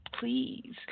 please